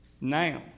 Now